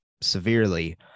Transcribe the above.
severely